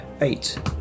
eight